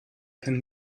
kein